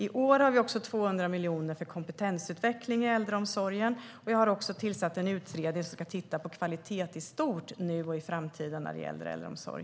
I år har vi också 200 miljoner för kompetensutveckling i äldreomsorgen, och jag har också tillsatt en utredning som ska titta på kvalitet i stort, nu och i framtiden, när det gäller äldreomsorg.